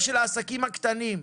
של העסקים הקטנים,